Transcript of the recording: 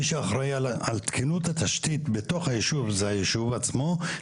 מי שאחראי על תקינות התשתית בתוך היישוב זה היישוב עצמו.